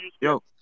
Yo